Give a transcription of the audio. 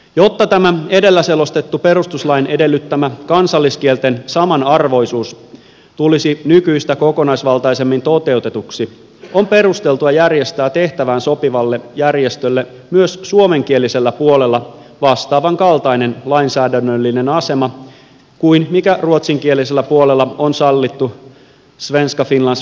jotta tämä edellä selostettu perustuslain edellyttämä kansalliskielten samanarvoisuus tulisi nykyistä kokonaisvaltaisemmin toteutetuksi on perusteltua järjestää tehtävään sopivalle järjestölle myös suomenkielisellä puolella vastaavan kaltainen lainsäädännöllinen asema kuin mikä ruotsinkielisellä puolella on sallittu svenska finlands folktingille